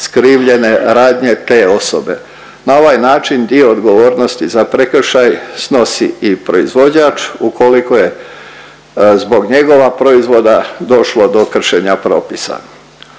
skrivljene radnje te osobe. Na ovaj način dio odgovornosti za prekršaj snosi i proizvođač ukoliko je zbog njegova proizvoda došlo do kršenja propisa.